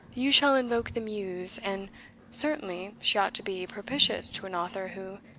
you shall invoke the muse and certainly she ought to be propitious to an author who,